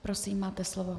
Prosím, máte slovo.